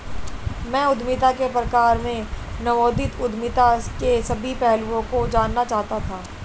मैं उद्यमिता के प्रकार में नवोदित उद्यमिता के सभी पहलुओं को जानना चाहता था